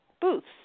booths